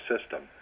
system